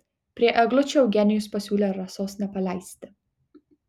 prie eglučių eugenijus pasiūlė rasos nepaleisti